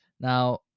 Now